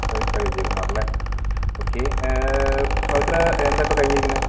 പവിത്ര വിജയകുമാർ അല്ലെ ഓക്കേ പവിത്ര എന്താ ഇപ്പോൾ കഴിഞ്ഞിരിക്കുന്നത്